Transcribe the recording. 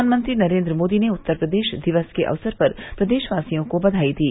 प्रधानमंत्री नरेन्द्र मोदी ने उत्तर प्रदेश दिवस के अवसर पर प्रदेशवासियों को बघाई दी